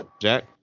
Jack